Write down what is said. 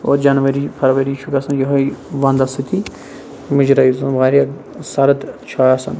اور جَنؤری فروری چھُ گَژھان یُہے وَندَس سۭتی مُجراہ یُس زَن واریاہ سَرد چھُ آسان